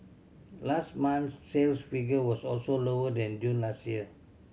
last month's sales figure was also lower than June last year